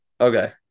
Okay